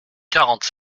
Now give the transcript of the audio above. quarante